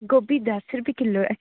ਗੋਭੀ ਦਸ ਰੁਪਏ ਕਿੱਲੋ